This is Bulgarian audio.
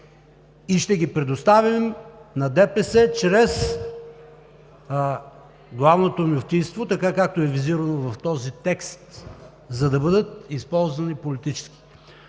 и ще ги предоставим на ДПС чрез Главното мюфтийство, така както е визирано в този текст, за да бъдат използвани политически.